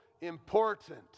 important